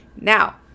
Now